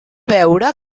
veure